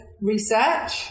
research